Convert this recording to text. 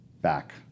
Back